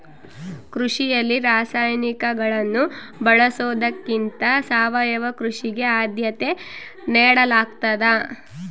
ಕೃಷಿಯಲ್ಲಿ ರಾಸಾಯನಿಕಗಳನ್ನು ಬಳಸೊದಕ್ಕಿಂತ ಸಾವಯವ ಕೃಷಿಗೆ ಆದ್ಯತೆ ನೇಡಲಾಗ್ತದ